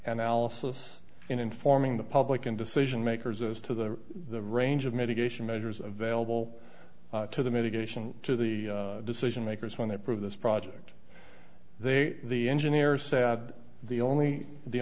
analysis in informing the public and decision makers as to the the range of mitigation measures available to the mitigation to the decision makers when they prove this project they the engineer said the only the